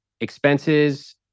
Expenses